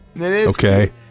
Okay